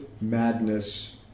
madness